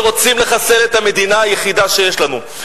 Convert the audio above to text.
שרוצים לחסל את המדינה היחידה שיש לנו.